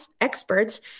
experts